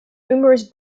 numerous